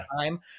time